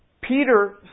Peter